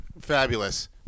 Fabulous